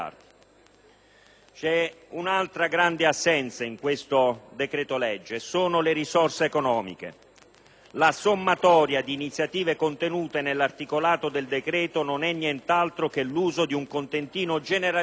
L'ennesima grande assenza in questo decreto-legge è rappresentata dalle risorse economiche. La sommatoria di iniziative contenute nell'articolato del decreto non è nient'altro che l'uso di un contentino generalizzato